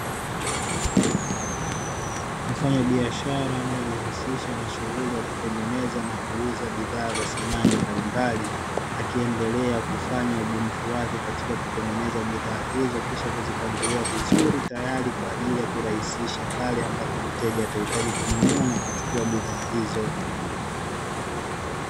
Mfanyabiashara anayejihusisha na shughuli ya kutengeneza na kuuza bidhaa za samani mbalimbali, akiendelea kufanya ubunifu wake katika kutengeneza bidhaa hizo kisha kuzipangilia vizuri, tayari kwa ajili ya kurahisisha pale ambapo mteja atahitaji kununua na kuchukua bidhaa hizo.